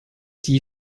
die